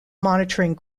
monitoring